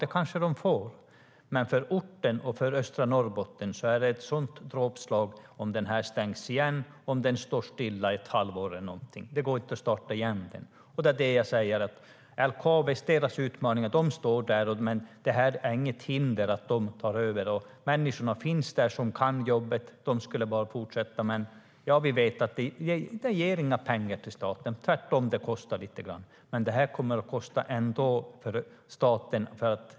Det kanske de får, men om gruvan stängs helt eller står stilla ett halvår kan det bli ett dråpslag för orten och östra Norrbotten. Det kommer inte att vara möjligt att öppna den igen. LKAB ställs inför utmaningar, men det är inget hinder för att de ska ta över. Människorna som kan jobbet finns där och kan fortsätta. Vi vet att detta inte ger några pengar till staten, tvärtom kommer det att kosta. Men stängningen kommer att kosta staten ändå.